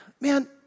man